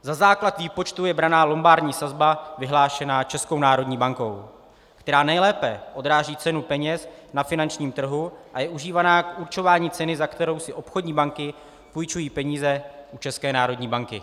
Za základ výpočtu je brána lombardní sazba vyhlášená Českou národní bankou, která nejlépe odráží cenu peněz na finančním trhu a je užívána k určování ceny, za kterou si obchodní banky půjčují peníze u České národní banky.